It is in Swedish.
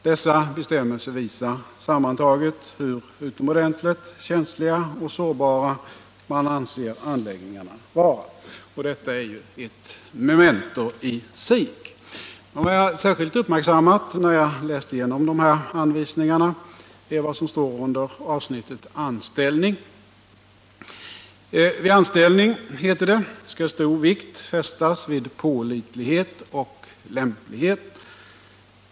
Dessa bestämmelser visar sammantaget hur utomordentligt känsliga och sårbara man anser anläggningarna vara. Detta är ett memento i sig. Vad jag särskilt uppmärksammat när jag läst igenom de här anvisningarna är vad som står under avsnittet Anställning. Vid anställning, heter det, skall stor vikt fästas vid pålitlighet och lämplighet.